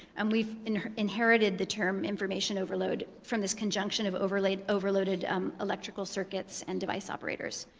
and we've inherited the term information overload from this conjunction of overlaid overloaded electrical circuits and device operators.